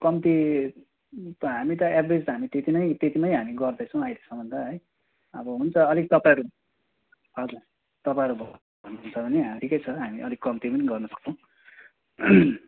कम्ती त हामी त एभरेज हामी त त्यतिमै त्यतिमै हामी गर्दैछौँ अहिलेसम्म त है अब हुन्छ अलिक तपाईँहरू हजुर तपाईँहरू भन्नुहुन्छ भने ठिकै छ हामी अलिक कम्ती पनि गर्नसक्छौँ